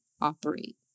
operate